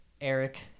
eric